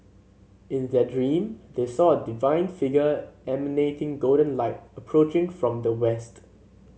in their dream they saw a divine figure emanating golden light approaching from the west